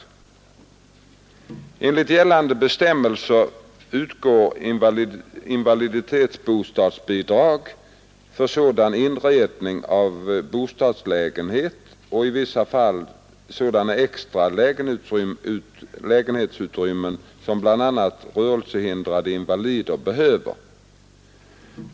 Enligt gällande bestämmelser utgår invalidbostadsbidrag för sådan inredning av bostadslägenhet och i vissa fall sådant extra lägenhetsutrymme som bl.a. rörelsehindrad invalid behöver.